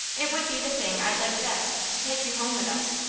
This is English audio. it would be the thing i'd like best to take you home with us,